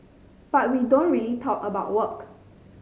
but we don't really talk about work